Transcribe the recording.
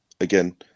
again